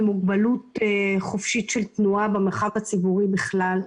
מוגבלות חופשית של תנועה במרחב הציבורי בכלל,